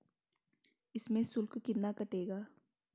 इसमें शुल्क कितना कटेगा?